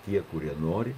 tie kurie nori